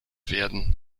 werden